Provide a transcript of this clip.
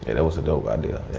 that was a dope idea,